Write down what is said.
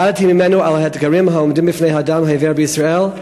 למדתי ממנו על האתגרים העומדים בפני האדם העיוור בישראל,